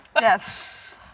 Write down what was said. Yes